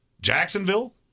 Jacksonville